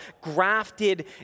grafted